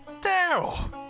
Daryl